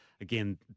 Again